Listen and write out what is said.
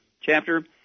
chapter